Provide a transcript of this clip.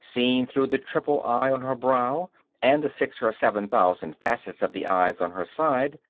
seen through the triple eye on her brow and the six or seven thousand facets of the eyes on her side